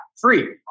free